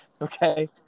Okay